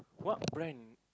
what brand